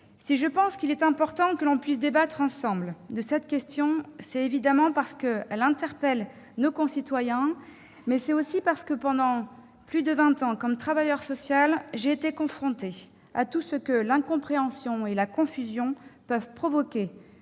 Si je pense qu'il est important que nous puissions débattre ensemble de cette question, c'est évidemment parce qu'elle interpelle nos concitoyens, mais c'est aussi parce que, pendant plus de vingt ans, comme travailleuse sociale, j'ai été confrontée à tout ce que l'incompréhension et la confusion peuvent provoquer